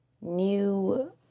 new